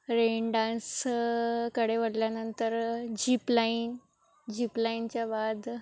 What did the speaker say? rain डान्सकडे वळल्यानंतर zip line zip लाईनच्या बाद